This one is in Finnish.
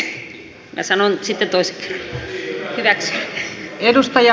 no minä sanon sitten toisen kerran